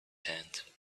hand